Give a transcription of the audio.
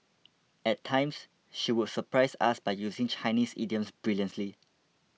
at times she would surprise us by using Chinese idioms brilliantly